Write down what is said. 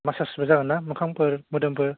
मासाजबो जागोन ना मोखांफोर मोदोमफोर